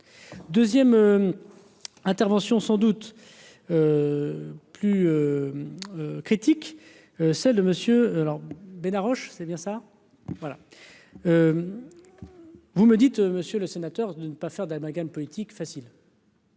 2ème intervention sans doute plus critique, celle de monsieur alors ben Haroche, c'est bien ça. Voilà. Vous me dites, monsieur le sénateur, de ne pas faire d'amalgame politique facile.